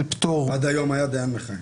עד היום היה דיין מכהן.